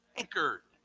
anchored